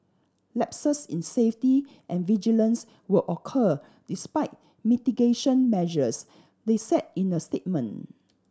lapses in safety and vigilance will occur despite mitigation measures they said in a statement